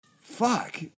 Fuck